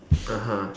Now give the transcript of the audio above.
(uh huh)